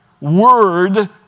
word